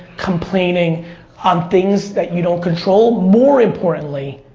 complaining on things that you don't control. more importantly,